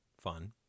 Fun